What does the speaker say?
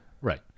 right